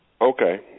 Okay